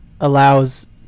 allows